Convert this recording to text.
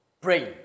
brain